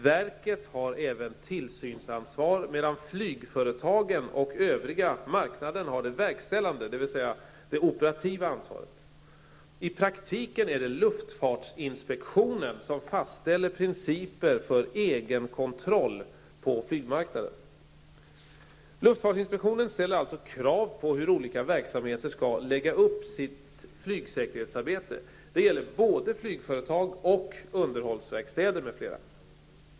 Verket har även tillsynsansvar medan flygföretagen och övriga marknaden har det verkställande, dvs. det operativa ansvaret. I praktiken är det luftfartsinspektionen som fastställer principer för egenkontroll på flygmarknaden. Luftfartsinspektionen ställer alltså krav på hur olika verksamheter skall lägga upp sitt flygsäkerhetsarbete. Det gäller både flygföretag och underhållsverkstäder m.fl.